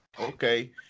Okay